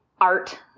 art